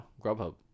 Grubhub